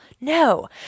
No